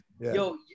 Yo